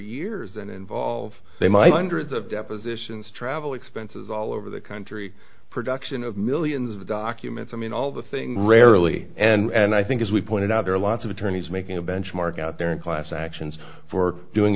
years and involve they might hundreds of depositions travel expenses all over the country production of millions of documents i mean all the things rarely and i think as we pointed out there are lots of attorneys making a benchmark out there in class actions for doing